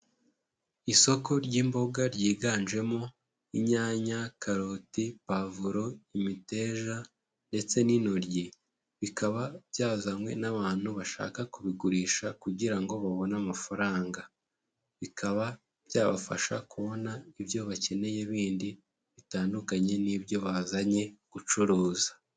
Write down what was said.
Isoko ry'imboga ryiganjemo inyanya, karoti, pavuro, imiteja ndetse n'intoryi, bikaba byazanywe n'abantu bashaka kubigurisha kugira ngo babone amafaranga, bikaba byabafasha kubona ibyo bakeneye bindi bitandukanye n'ibyo bazanye gucuruza.